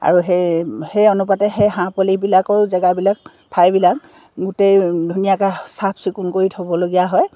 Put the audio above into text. আৰু সেই সেই অনুপাতে সেই হাঁহ পোৱালিবিলাকৰ জেগাবিলাক ঠাইবিলাক গোটেই ধুনীয়াকৈ চাফ চিকুণ কৰি থ'বলগীয়া হয়